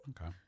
Okay